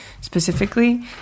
specifically